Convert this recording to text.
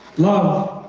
love